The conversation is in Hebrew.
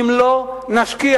אם לא נשקיע,